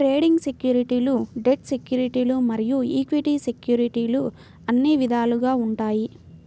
trading సెక్యూరిటీలు debt సెక్యూరిటీలు మరియు ఈక్విటీ సెక్యూరిటీలు అని విధాలుగా ఉంటాయి